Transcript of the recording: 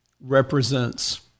represents